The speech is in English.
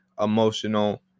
emotional